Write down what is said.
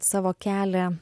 savo kelią